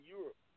Europe